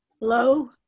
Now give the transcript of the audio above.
Hello